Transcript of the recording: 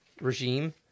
regime